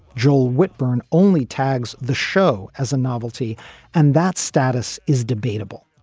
joel whitburn only tags the show as a novelty and that status is debatable.